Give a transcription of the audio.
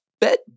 bet